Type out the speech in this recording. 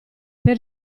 per